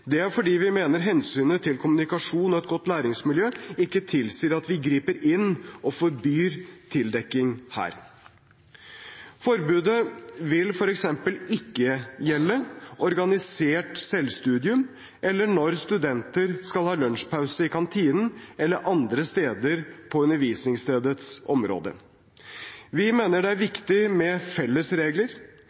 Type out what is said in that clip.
Det er fordi vi mener at hensynet til kommunikasjon og et godt læringsmiljø ikke tilsier at vi griper inn og forbyr tildekking her. Forbudet vil f.eks. ikke gjelde organisert selvstudium eller når studenter skal ha lunsjpause i kantinen eller andre steder på undervisningsstedets område. Vi mener det er viktig med felles regler.